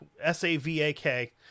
S-A-V-A-K